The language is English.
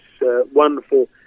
wonderful